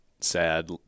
sad